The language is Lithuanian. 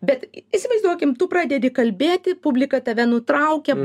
bet įsivaizduokim tu pradedi kalbėti publika tave nutraukia